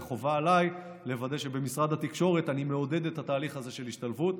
וחובה עליי לוודא שבמשרד התקשורת אני מעודד את התהליך הזה של ההשתלבות.